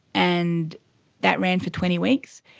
and that ran for twenty weeks,